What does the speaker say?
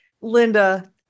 Linda